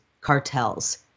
cartels